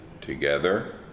together